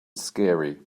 scary